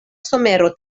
somero